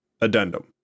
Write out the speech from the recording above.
Addendum